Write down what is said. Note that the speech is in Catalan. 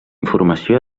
informació